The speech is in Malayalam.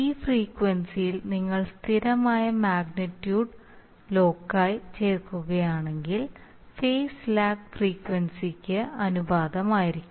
ഈ ഫ്രീക്വൻസിയിൽ നിങ്ങൾ സ്ഥിരമായ മാഗ്നിറ്റ്യൂഡ് ലോക്കി ചേർക്കുകയാണെങ്കിൽ ഫേസ് ലാഗ് ഫ്രീക്വൻസിക്ക് ആനുപാതികമായിരിക്കും